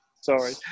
Sorry